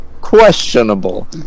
questionable